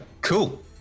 cool